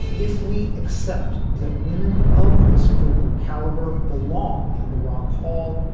if we accept that women of this vocal caliber belong in the rock hall,